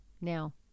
now